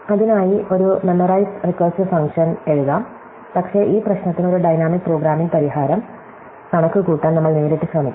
അതിനായി ഒരു memorised recursive function എഴുതാം പക്ഷേ ഈ പ്രശ്നത്തിന് ഒരു ഡൈനമിക് പ്രോഗ്രാമിംഗ് പരിഹാരം കണക്കുകൂട്ടാൻ നമ്മൾ നേരിട്ട് ശ്രമിക്കും